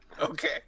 okay